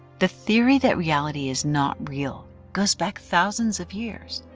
the theory that reality is not real goes back thousands of years.